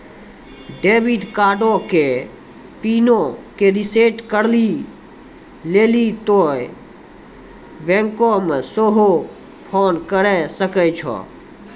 debit कार्डो के पिनो के रिसेट करै लेली तोंय बैंको मे सेहो फोन करे सकै छो